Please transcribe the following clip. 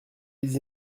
les